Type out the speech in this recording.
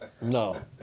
no